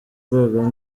rwego